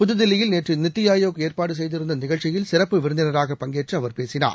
புதுதில்லியில் நேற்று நித்தி ஆயோக் ஏற்பாடு செய்திருந்த நிகழ்ச்சியில் சிறப்பு விருந்தினராக பங்கேற்று அவர் பேசினார்